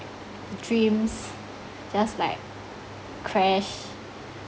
dreams just like crash